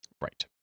Right